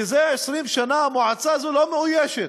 וזה 20 שנה המועצה הזאת לא מאוישת.